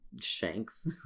Shanks